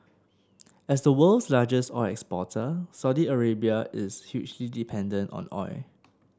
as the world's largest oil exporter Saudi Arabia is hugely dependent on oil